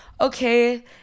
okay